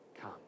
come